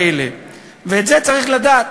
ואת זה צריך לדעת.